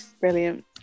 brilliant